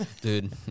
Dude